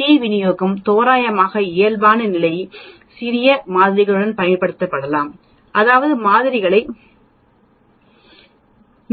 D விநியோகம் தோராயமாக இயல்பான சிறிய மாதிரிகளுடன் பயன்படுத்தப்படக்கூடாது அதாவது மாதிரிகள்